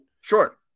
Sure